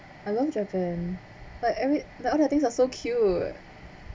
I love japan but every there all the things are so cute